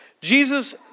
Jesus